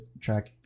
track